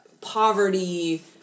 poverty